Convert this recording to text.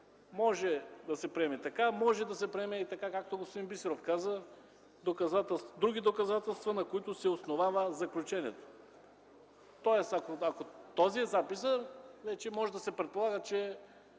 Може да се приеме така, може да се приеме и така, както господин Бисеров каза: „други доказателства, на които се основава заключението”. Тоест, ако този е записът, вече може да се предполага, че